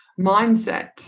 mindset